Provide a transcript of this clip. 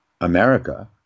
America